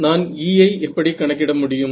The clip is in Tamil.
நான் E ஐ எப்படி கணக்கிட முடியும்